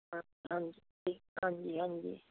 ਹਾਂ ਹਾਂਜੀ ਹਾਂਜੀ ਹਾਂਜੀ ਹਾਂ